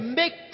make